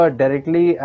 directly